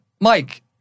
Mike